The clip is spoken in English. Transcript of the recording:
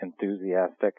enthusiastic